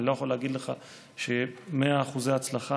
אני לא יכול להגיד לך שב-100% הצלחה,